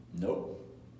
Nope